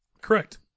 Correct